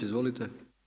Izvolite.